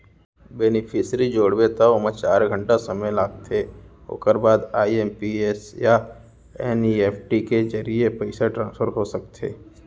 beneficiary जोड़बे त ओमा चार घंटा समे लागथे ओकर बाद आइ.एम.पी.एस या एन.इ.एफ.टी के जरिए पइसा ट्रांसफर हो सकथे